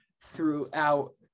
throughout